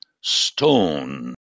stone